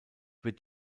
wird